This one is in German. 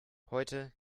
heute